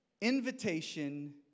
Invitation